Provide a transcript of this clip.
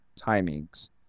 timings